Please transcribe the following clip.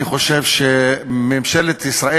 אני חושב שממשלת ישראל,